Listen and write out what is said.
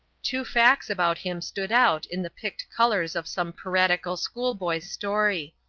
two facts about him stood out in the picked colours of some piratical schoolboy's story.